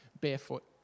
barefoot